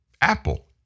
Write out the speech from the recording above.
Apple